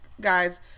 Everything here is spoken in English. guys